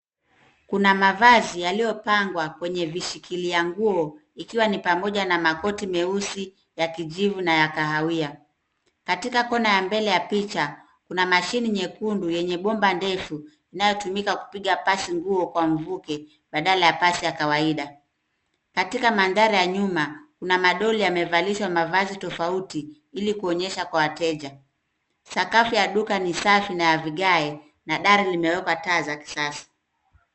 Kuna mavazi yaliyopangwa kwenye vishikilia nguo, ikiwa ni pamoja na makoti meusi, ya kijivu na ya kahawia. Katika kona ya mbele ya picha, kuna mashini nyekundu yenye bomba ndefu inayotumika kupiga pasi nguo kwa mvuke badala ya pasi ya kawaida. Katika mandhari ya nyuma kuna madoli yamevalishwa mavazi tofauti ili kuonyesha kwa wateja. Sakafu ya duka ni safi na ya vigae na dari limewekwa taa za kisasa.